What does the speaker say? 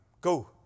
go